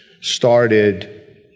started